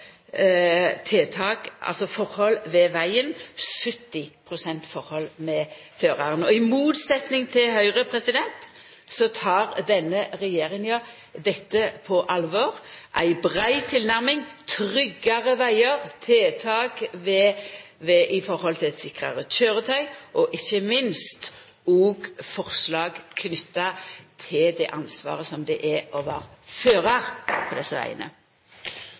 forhold ved vegen, 70 pst. forhold med føraren. I motsetjing til Høgre tek denne regjeringa dette på alvor: ei brei tilnærming, tryggare vegar, tiltak i forhold til sikrare kjøretøy og, ikkje minst, òg forslag knytte til det ansvaret som det er å vera førar på desse